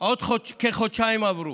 עוד כחודשיים עברו.